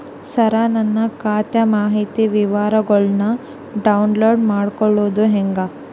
ಸರ ನನ್ನ ಖಾತಾ ಮಾಹಿತಿ ವಿವರಗೊಳ್ನ, ಡೌನ್ಲೋಡ್ ಮಾಡ್ಕೊಳೋದು ಹೆಂಗ?